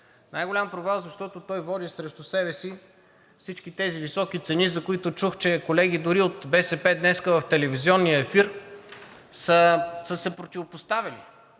Най-голям провал, защото той води срещу себе си всички тези високи цени, за които чух, че колеги дори от БСП днес в телевизионния ефир са се противопоставили.